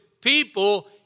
people